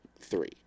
three